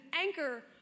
anchor